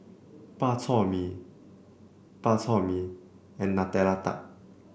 Bak Chor Mee Bak Chor Mee and Nutella Tart